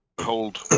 hold